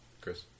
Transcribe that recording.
Chris